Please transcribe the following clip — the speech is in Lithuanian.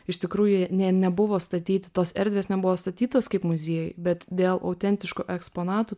iš tikrųjų jie nė nebuvo statyti tos erdvės nebuvo statytos kaip muziejui bet dėl autentiškų eksponatų